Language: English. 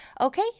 Okay